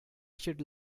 should